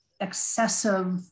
excessive